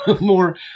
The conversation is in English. more